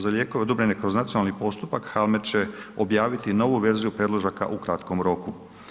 Za lijekove odobrene kroz nacionalni postupak HALMED će objaviti novu verziju predložaka u kratkom roku.